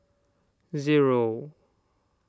zero